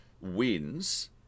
wins